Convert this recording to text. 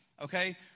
okay